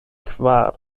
kvar